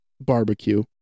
barbecue